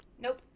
Nope